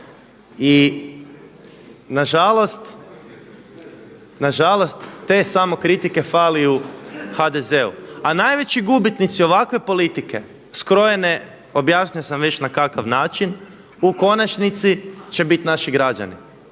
I nažalost, te samokritike fali u HDZ-u. A najveći gubitnici ovakve politike skrojene, objasnio sam već na kakav način, u konačnici će biti naši građani.